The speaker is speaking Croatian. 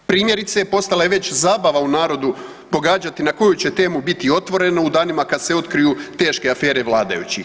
Primjerice postala je već zabava u narodu pogađati na koju će temu biti Otvoreno u danima kad se otkriju teške afere vladajućih.